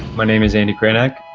my name is andy krainak.